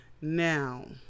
Now